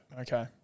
okay